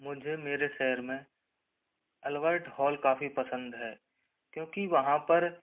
मुझे मेरे शहर में अल्बर्ट हॉल काफ़ी पसंद है क्योंकि वहाँ पर